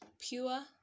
pure